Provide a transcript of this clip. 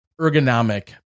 ergonomic